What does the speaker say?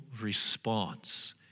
response